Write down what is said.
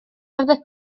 fyddet